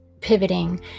pivoting